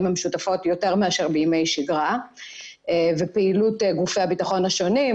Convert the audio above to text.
המשותפות יותר מאשר בימי שגרה ופעילות גופי הביטחון השונים,